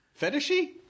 fetishy